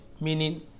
Meaning